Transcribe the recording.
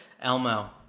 Elmo